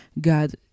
God